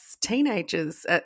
teenagers